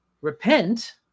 repent